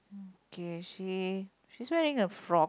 okay she she's wearing a frock